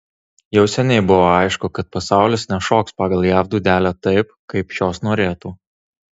jau seniai buvo aišku kad pasaulis nešoks pagal jav dūdelę taip kaip šios norėtų